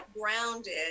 grounded